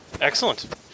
Excellent